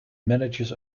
manages